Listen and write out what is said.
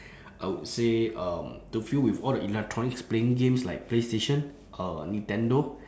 I would say um to fill with all the electronics playing games like playstation uh nintendo